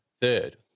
third